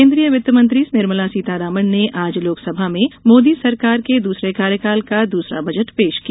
केन्द्रीय वित्त मंत्री निर्मला सीतारमण ने आज लोकसभा में मोदी सरकार के दूसरे कार्यकाल का दूसरा बजट पेश किया